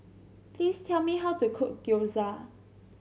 please tell me how to cook Gyoza